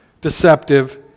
deceptive